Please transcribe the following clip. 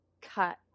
cut